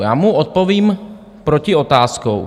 Já mu odpovím protiotázkou.